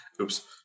Oops